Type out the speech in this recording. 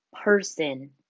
person